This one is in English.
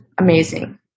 amazing